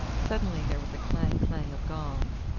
suddenly there was a clang-clang of gongs,